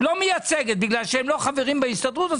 בגלל שהם לא חברים בהסתדרות,